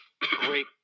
great